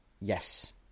Yes